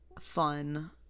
fun